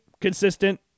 consistent